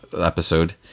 episode